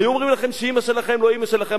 היו אומרים לכם שאמא שלכם לא אמא שלכם,